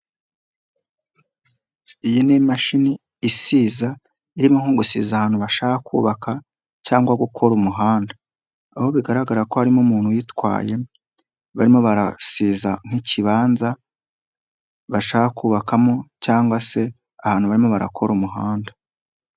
Iyi ni imashini isiza irimo nko gusiza abantu bashaka kubaka cyangwa gukora umuhanda. Aho bigaragara ko harimo umuntu uyitwaye, barimo barasiza nk'ikibanza bashaka kubakamo cyangwa se abantu barimo barakora umuhanda.